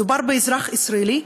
מדובר באזרח ישראלי.